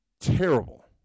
Terrible